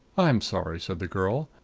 i'm sorry, said the girl.